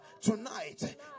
tonight